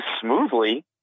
smoothly